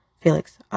Felix